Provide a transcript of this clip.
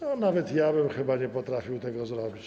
Nawet ja bym chyba nie potrafił tego zrobić.